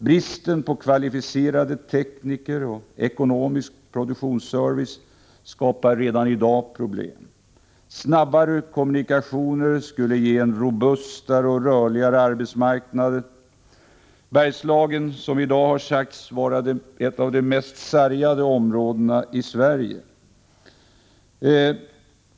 Bristen på kvalificerade tekniker och ekonomisk produktionsservice skapar redan i dag problem. Snabbare kommunikationer skulle ge en robustare och rörligare arbetsmarknad. Bergslagen har sagts i dag vara det mest sargade området i Sverige.